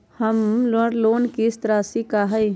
हमर लोन किस्त राशि का हई?